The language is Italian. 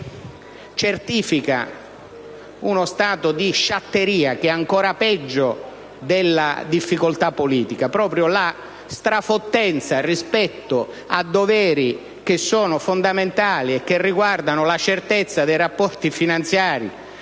certifica uno stato di sciatteria che è ancora peggio della difficoltà politica: è proprio la strafottenza rispetto a doveri che sono fondamentali e che riguardano la certezza dei rapporti finanziari